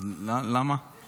למה?